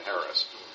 Harris